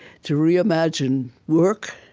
to reimagine work,